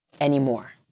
anymore